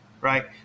Right